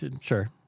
Sure